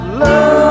love